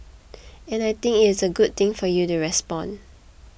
and I think it's a good thing for you to respond